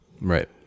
Right